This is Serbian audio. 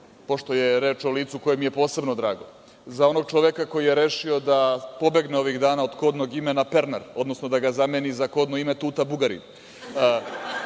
pošto je reč o licu koje mi je posebno drago, za onog čoveka koji je rešio da pobegne ovih dana od kobnog imena Pernar, odnosno da ga zameni za kodno ime Tuta Bugarin.